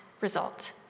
result